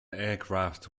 aircraft